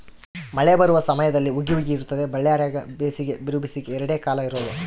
ಮಳೆ ಬರುವ ಸಮಯದಲ್ಲಿ ಹುಗಿ ಹುಗಿ ಇರುತ್ತದೆ ಬಳ್ಳಾರ್ಯಾಗ ಬೇಸಿಗೆ ಬಿರುಬೇಸಿಗೆ ಎರಡೇ ಕಾಲ ಇರೋದು